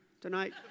tonight